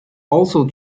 also